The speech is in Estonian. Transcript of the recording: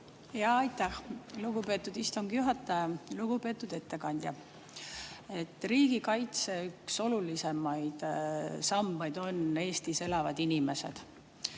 Aitäh, lugupeetud istungi juhataja! Lugupeetud ettekandja! Riigikaitse üks olulisemaid sambaid on Eestis elavad inimesed,